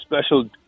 special